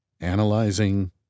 Analyzing